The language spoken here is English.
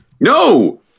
No